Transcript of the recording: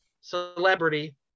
celebrity